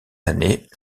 année